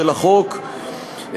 של החוק,